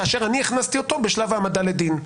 כאשר אני הכנסתי אותו בשלב העמדה לדין.